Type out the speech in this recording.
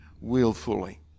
willfully